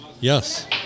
Yes